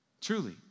truly